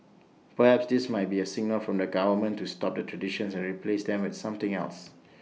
perhaps this might be A signal from the government to stop the 'traditions' and replace them with something else